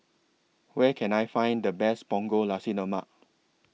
Where Can I Find The Best Punggol Nasi Lemak